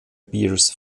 bears